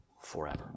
forever